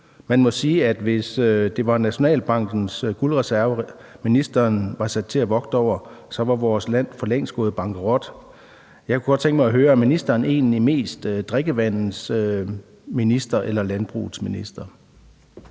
Man må sige, at vores land, hvis det var Nationalbankens guldreserve, ministeren var sat til at vogte over, for længst var gået bankerot. Jeg kunne godt tænke mig at høre, om ministeren egentlig mest er drikkevandets minister eller landbrugets minister.